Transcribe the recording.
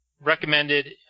recommended